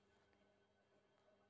बकरी पाले ले का कुछु फ़ायदा हवय?